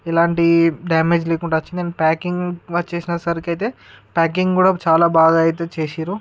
ఇలాంటి డ్యామేజ్ లేకుండా వచ్చి దాని ప్యాకింగ్ వచ్చేసిన సరికైతే ప్యాకింగ్ కూడా చాలా బాగా అయితే చేసారు